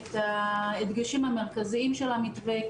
את הדגשים המרכזיים של המתווה,